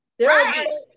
Right